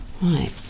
Right